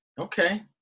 Okay